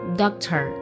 doctor